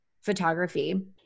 photography